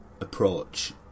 approach